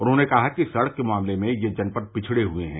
उन्होंने कहा कि सड़क के मामले में यह जनपद पिछड़े हए हैं